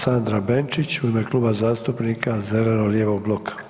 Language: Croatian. Sandra Benčić u ime Kluba zastupnika zeleno-lijevog bloka.